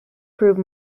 prove